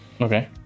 Okay